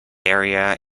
area